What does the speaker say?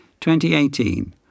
2018